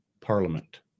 parliament